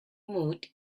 mood